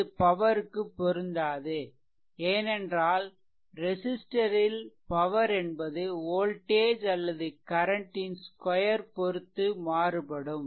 இது பவர் க்கு பொருந்தாது ஏனென்றால் ரெசிஸ்ட்டரில் பவர் என்பது வோல்டேஜ் அல்லது கரன்ட் ன் ஸ்கொயர் பொருத்து மாறுபடும்